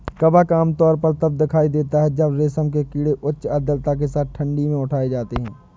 कवक आमतौर पर तब दिखाई देता है जब रेशम के कीड़े उच्च आर्द्रता के साथ ठंडी में उठाए जाते हैं